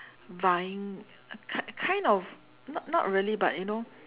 vying kind kind of not not really but you know